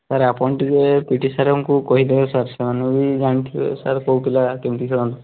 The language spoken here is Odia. ସାର୍ ଆପଣ ଟିକେ ପି ଟି ସାର୍ଙ୍କୁ କହିଦେବେ ସାର୍ ସେମାନେ ବି ଜାଣିଥିବେ ସାର୍ କେଉଁ ପିଲା କେମିତି ଖେଳନ୍ତି